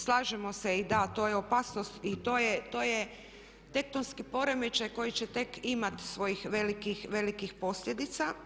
Slažemo se i da, to je opasnost i to je tektonski poremećaj koji će tek imati svojih velikih, velikih posljedica.